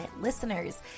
listeners